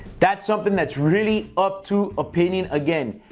that's something that's really up to opinion. again,